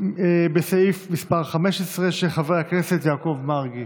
לסעיף 15, של חבר הכנסת יעקב מרגי.